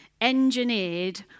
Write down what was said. engineered